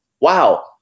wow